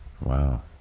Wow